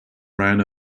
ran